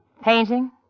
Painting